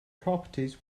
properties